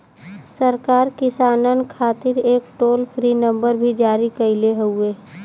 सरकार किसानन खातिर एक टोल फ्री नंबर भी जारी कईले हउवे